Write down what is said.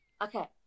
Okay